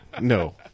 No